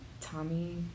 Tommy